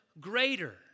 greater